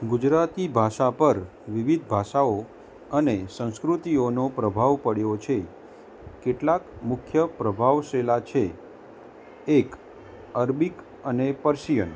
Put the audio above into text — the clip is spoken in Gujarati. ગુજરાતી ભાષા પર વિવિધ ભાષાઓ અને સંસ્કૃતિઓનો પ્રભાવ પડ્યો છે કેટલાક મુખ્ય પ્રભાવશિલા છે એક અરબીક અને પર્શિયન